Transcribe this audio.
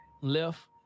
left